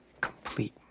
Complete